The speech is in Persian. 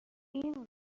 این